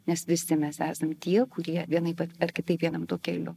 nes visi mes esam tie kurie vienaip ar kitaip einam tuo keliu